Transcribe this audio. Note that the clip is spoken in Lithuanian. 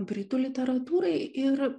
britų literatūrai ir